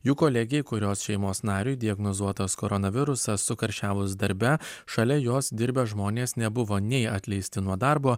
jų kolegei kurios šeimos nariui diagnozuotas koronavirusas sukarščiavus darbe šalia jos dirbę žmonės nebuvo nei atleisti nuo darbo